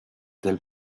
tel